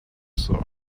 saw